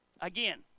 Again